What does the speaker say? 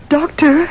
Doctor